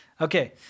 okay